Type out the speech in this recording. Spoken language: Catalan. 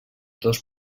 dos